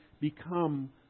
become